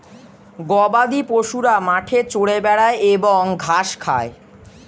গবাদিপশুরা মাঠে চরে বেড়ায় এবং ঘাস খায়